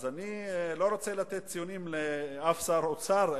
אז אני לא רוצה לתת ציונים לאף שר אוצר,